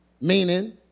meaning